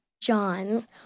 John